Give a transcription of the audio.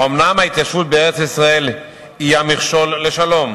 האומנם ההתיישבות בארץ-ישראל היא המכשול לשלום?